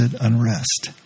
unrest